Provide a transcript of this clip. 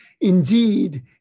indeed